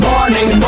Morning